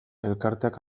elkarteak